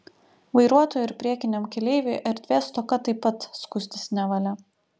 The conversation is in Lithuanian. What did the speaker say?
vairuotojui ir priekiniam keleiviui erdvės stoka taip pat skųstis nevalia